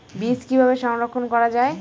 বীজ কিভাবে সংরক্ষণ করা যায়?